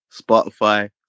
Spotify